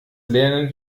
lernen